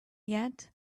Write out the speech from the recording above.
yet